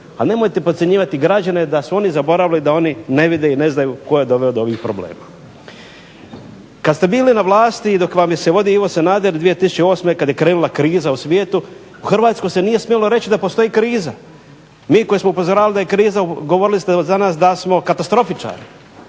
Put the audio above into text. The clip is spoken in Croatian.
nemojte podcjenjivati građane da su oni zaboravili da oni ne vide i ne znaju tko je doveo do ovih problema. Kada ste bili na vlasti i dok vas je vodio Ivo Sanader 2008. kada je krenula kriza u svijetu u Hrvatskoj se nije smjelo reći da postoji kriza. Mi koji smo upozoravali da je kriza, govorili ste za nas da smo katastrofičari.